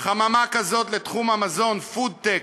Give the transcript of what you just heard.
חממה כזו לתחום המזון, food-tech,